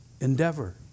endeavor